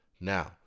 Now